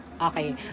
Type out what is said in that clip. Okay